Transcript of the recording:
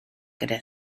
gyda